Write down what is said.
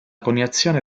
coniazione